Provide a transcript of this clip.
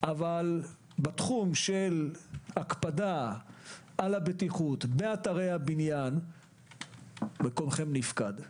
אבל בתחום של הקפדה על הבטיחות באתרי הבניין מקומכם נפקד.